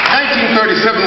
1937